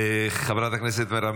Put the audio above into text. חברת הכנסת מרב מיכאלי.